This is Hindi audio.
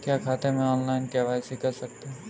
क्या खाते में ऑनलाइन के.वाई.सी कर सकते हैं?